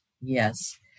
Yes